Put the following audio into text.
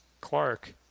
Clark